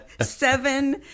Seven